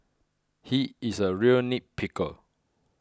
he is a real